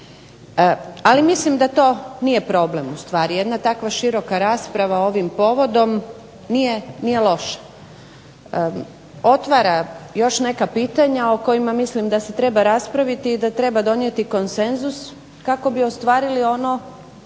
Ali mislim da to nije problem u stvari. Jedna takva široka rasprava ovim povodom nije loša. Otvara još neka pitanja o kojima mislim da se treba raspraviti i da treba donijeti konsenzus kako bi ostvarili ono